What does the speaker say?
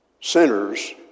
sinners